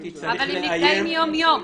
אבל הם נפגעים יום-יום.